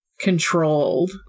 controlled